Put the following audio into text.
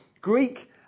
Greek